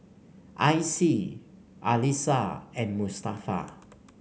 Icie Alysha and Mustafa